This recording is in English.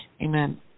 Amen